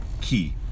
key